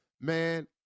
Man